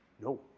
No